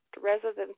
residents